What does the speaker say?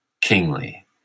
kingly